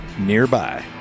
nearby